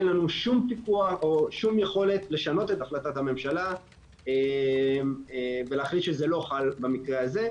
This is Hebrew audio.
אין לנו שום יכולת לשנות את החלטת הממשלה ולהחליט שזה לא חל במקרה הזה,